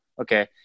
Okay